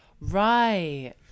Right